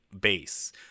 base